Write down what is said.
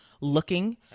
looking